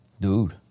Dude